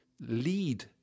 lead